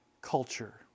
culture